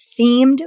themed